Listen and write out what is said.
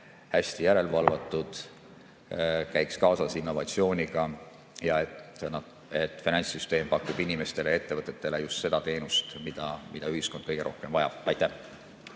hästi järele valvatud, käiks kaasas innovatsiooniga ja et finantssüsteem pakuks inimestele ja ettevõtetele just seda teenust, mida ühiskond kõige rohkem vajab. Aitäh!